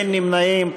אין נמנעים.